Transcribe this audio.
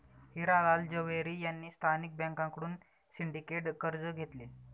हिरा लाल झवेरी यांनी स्थानिक बँकांकडून सिंडिकेट कर्ज घेतले